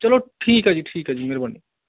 ਚਲੋ ਠੀਕ ਹੈ ਜੀ ਠੀਕ ਹੈ ਜੀ ਮਿਹਰਬਾਨੀ